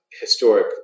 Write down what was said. historic